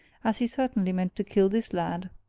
as he certainly meant to kill this lad.